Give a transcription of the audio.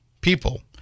people